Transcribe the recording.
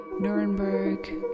Nuremberg